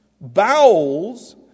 Bowels